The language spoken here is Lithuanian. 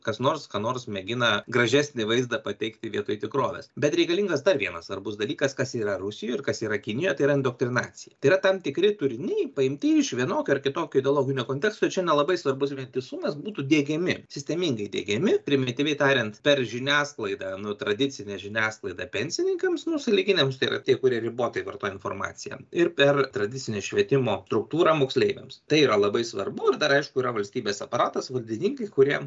kas nors ką nors mėgina gražesnį vaizdą pateikti vietoj tikrovės bet reikalingas dar vienas svarbus dalykas kas yra rusijoj ir kas yra kinijoje tai yra indoktrinacija tai yra tam tikri turiniai paimti iš vienokio ar kitokio ideologinio konteksto čia nelabai svarbus vientisumas būtų diegiami sistemingai diegiami primityviai tariant per žiniasklaidą nu tradicinę žiniasklaidą pensininkams nu sąlyginiams tai yra tie kurie ribotai vartoja informaciją ir per tradicinę švietimo struktūrą moksleiviams tai yra labai svarbu ir dar aišku yra valstybės aparatas valdininkai kurie